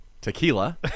tequila